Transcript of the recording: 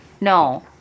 No